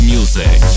Music